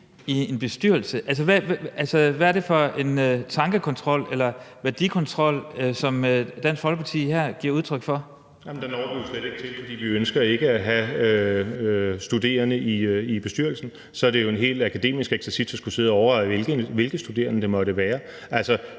hvad er det for en tankekontrol eller værdikontrol, Dansk Folkeparti her giver udtryk for? Kl. 20:38 Morten Messerschmidt (DF): Jamen der når vi jo slet ikke til, for vi ønsker ikke at have studerende i bestyrelsen. Så det er jo en helt akademisk eksercits at skulle sidde og overveje, hvilke studerende det måtte være.